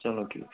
چلو ٹھیٖک چھُ